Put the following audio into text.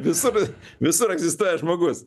visur visur egzistuoja žmogus